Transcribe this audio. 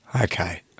Okay